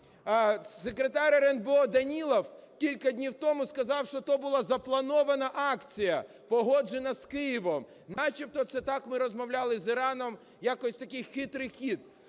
Секретар РНБО Данилов кілька днів тому сказав, що то була запланована акція, погоджена з Києвом, начебто це так ми розмовляли з Іраном, такий хитрий хід.